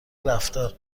رفتار